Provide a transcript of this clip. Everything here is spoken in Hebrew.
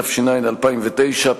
התש"ע 2009,